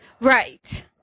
Right